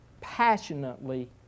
passionately